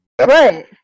Right